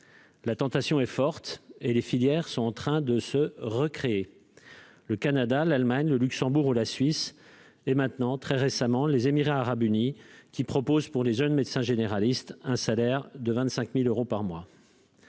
La tentation est forte, en effet, et les filières sont en train de se recréer, avec le Canada, l'Allemagne, le Luxembourg ou la Suisse, ainsi que, très récemment, les Émirats arabes unis, qui proposent aux jeunes médecins généralistes un salaire de 25 000 euros par mois.